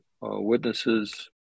witnesses